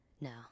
No